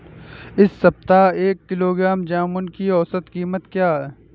इस सप्ताह एक किलोग्राम जामुन की औसत कीमत क्या है?